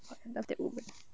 !whoa! love that women